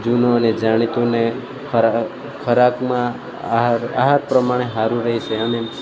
જૂનો અને જાણીતો ને પરહા ખોરાકમાં આહાર આહાર પ્રમાણે સારું રહેશે અને